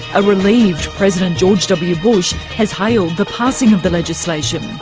a relieved president george w bush has hailed the passing of the legislation.